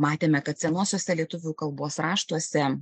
matėme kad senuosiuose lietuvių kalbos raštuose